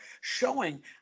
showing